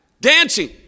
Dancing